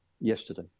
yesterday